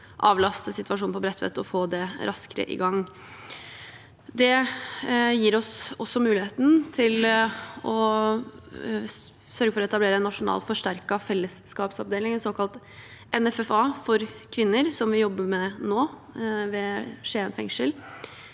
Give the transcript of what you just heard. og få det raskere i gang. Det gir oss også muligheten til å sørge for å etablere en nasjonal forsterket fellesskapsavdeling, en såkalt NFFA, for kvinner, som vi nå jobber med ved Skien fengsel.